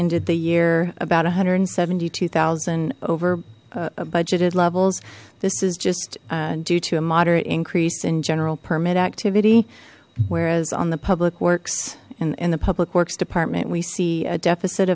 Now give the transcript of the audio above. ended the year about a hundred and seventy two thousand over budgeted levels this is just due to a moderate increase in general permit activity whereas on the public works and in the public works department we see a deficit